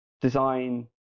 design